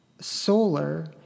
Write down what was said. solar